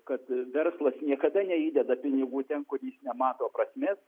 kad verslas niekada neįdeda pinigų ten kur jis nemato prasmės